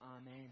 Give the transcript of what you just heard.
Amen